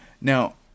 Now